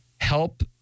help